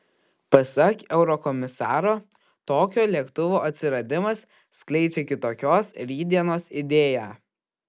pasak eurokomisaro tokio lėktuvo atsiradimas skleidžia kitokios rytdienos idėją